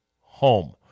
Home